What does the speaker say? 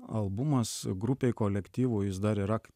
albumas grupei kolektyvui jis dar yra